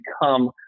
become